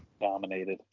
dominated